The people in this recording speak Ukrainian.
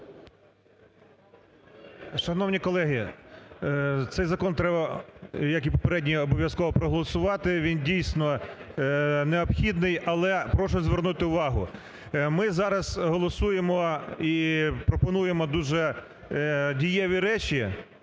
Шановні колеги, цей закон треба, як і попередній, обов'язково проголосувати. Він, дійсно, необхідний. Але прошу звернути увагу: ми зараз голосуємо і пропонуємо дуже дієві речі,